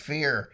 Fear